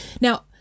Now